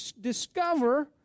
discover